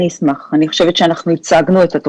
אני רוצה לומר לגבי